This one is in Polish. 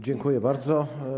Dziękuję bardzo.